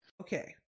Okay